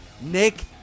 Nick